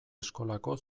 eskolako